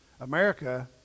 America